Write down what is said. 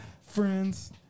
Friends